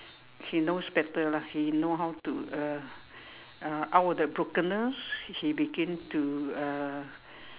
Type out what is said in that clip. he knows better lah he know how to uh uh out of that brokenness he begin to uh